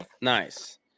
Nice